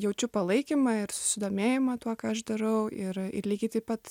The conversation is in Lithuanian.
jaučiu palaikymą ir susidomėjimą tuo ką aš darau ir ir lygiai taip pat